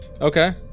Okay